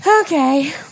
Okay